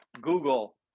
Google